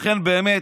לכן, באמת,